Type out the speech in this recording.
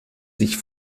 sich